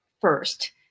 first